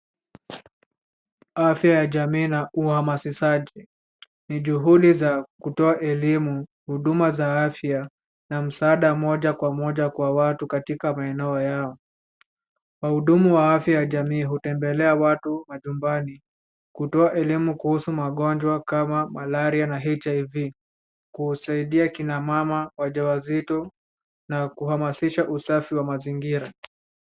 Afya ya jamii na uhamasishaji ni juhudi za kutoa elimu, huduma za afya na msaada moja kwa moja kwa watu katika maeneo yao. Wahudumu wa afya ya jamii hutembelea watu majumbani kutoa elimu kuhusu magonjwa kama malaria na HIV, kusaidia kinamama wajawazito, na kuhamasisha usafi wa mazingira.